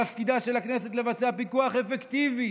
תפקידה של הכנסת הוא לבצע פיקוח אפקטיבי